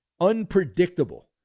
Unpredictable